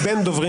הבררנית.